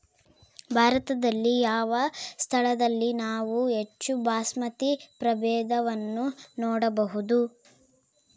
ಭಾರತದಲ್ಲಿ ಯಾವ ಸ್ಥಳದಲ್ಲಿ ನಾವು ಹೆಚ್ಚು ಬಾಸ್ಮತಿ ಪ್ರಭೇದವನ್ನು ನೋಡಬಹುದು?